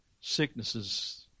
sicknesses